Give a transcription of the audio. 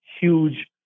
huge